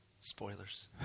Spoilers